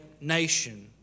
nation